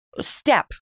step